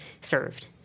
served